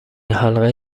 حلقه